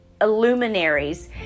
illuminaries